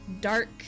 dark